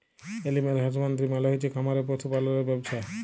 animal husbandry মালে হচ্ছে খামারে পশু পাললের ব্যবছা